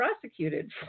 prosecuted